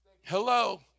Hello